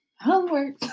Homework